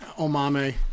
Omame